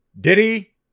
Diddy